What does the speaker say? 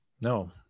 no